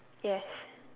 yes